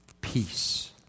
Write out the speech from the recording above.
peace